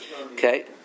Okay